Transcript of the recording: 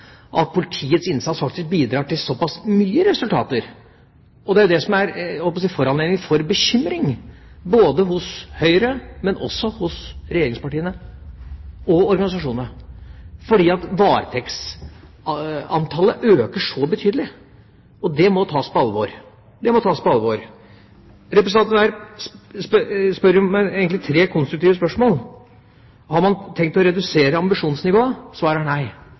at politiets innsats bidrar til såpass mye resultater. Det som er foranledningen for bekymring både hos Høyre, regjeringspartiene og organisasjonene, er jo at varetektsantallet øker så betydelig. Det må tas på alvor. Representanten Werp stiller egentlig tre konstruktive spørsmål. Det første var: Har man tenkt å redusere ambisjonsnivået? Svaret er nei.